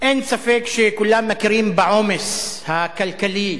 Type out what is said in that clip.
אין ספק שכולם מכירים בעומס הכלכלי